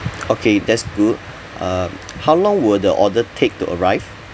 okay that's good uh how long will the order take to arrive